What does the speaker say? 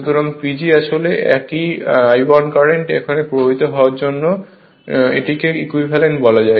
সুতরাং PG আসলে একই I1 কারেন্ট এখন প্রবাহিত হওয়ার পরে এটিকে ইকুইভ্যালেন্ট বলা যায়